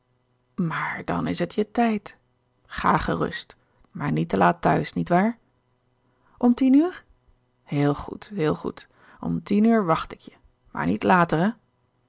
maar dan is het je tijd ga gerust maar niet te laat thuis niet waar om tien uur heel goed heel goed om tien uur wacht ik je maar niet later